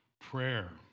Prayer